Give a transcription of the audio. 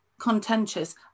contentious